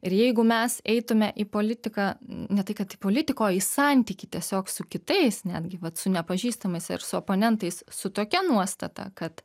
ir jeigu mes eitume į politiką ne tai kad į politiką o į santykį tiesiog su kitais netgi vat su nepažįstamais ir su oponentais su tokia nuostata kad